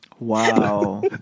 Wow